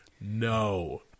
No